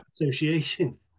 association